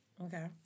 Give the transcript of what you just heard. Okay